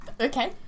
okay